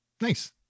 Nice